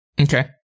okay